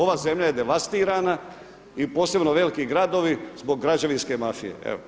Ova zemlja je devastirana i posebno veliki gradovi zbog građevinske mafije.